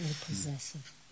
possessive